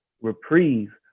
reprieve